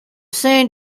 saint